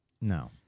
No